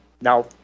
Now